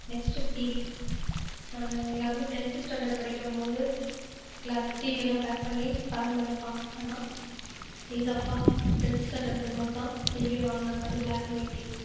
next TV நாங்கள் எல்லாருமே tenth standard படிக்கும் போது எல்லாத்து டிவிலாம் பேக் பண்ணி பரண் மேலே வைப்பாங்க ஆனால் எங்கள் அப்பா டென்த்து ஸ்டாண்டர்ட் இருக்கும் போது தான் டிவியே வாங்கினாங்க அதுவும் பிளாக் அண்ட் ஒயிட் டிவி